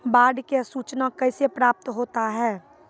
बाढ की सुचना कैसे प्राप्त होता हैं?